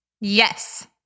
Yes